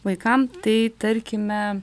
vaikam tai tarkime